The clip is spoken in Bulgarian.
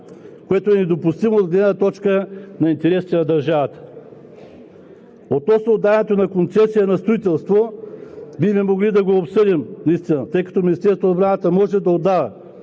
Това е недопустимо от гледна точка на интересите на държавата. Относно отдаването на концесия на строителство бихме могли да го обсъдим наистина, тъй като Министерството на отбраната може да отдава